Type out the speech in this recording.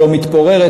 לא מתפוררת,